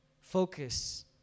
focus